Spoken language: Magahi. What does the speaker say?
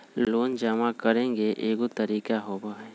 लोन जमा करेंगे एगो तारीक होबहई?